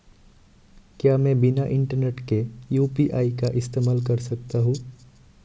क्या मैं बिना इंटरनेट के यू.पी.आई का इस्तेमाल कर सकता हूं?